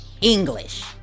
English